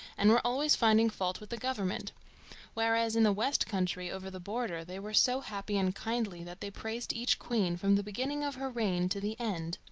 and were always finding fault with the government whereas in the west country over the border they were so happy and kindly that they praised each queen from the beginning of her reign to the end.